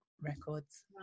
records